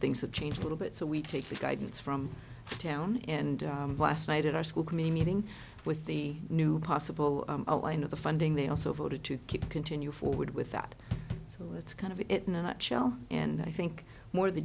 things have changed a little bit so we take the guidance from town and last night at our school committee meeting with the new possible oh i know the funding they also voted to keep continue forward with that so that's kind of it in a nutshell and i think more the